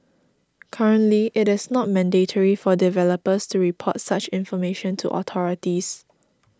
currently it is not mandatory for developers to report such information to authorities